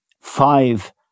five